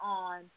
on